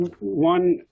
One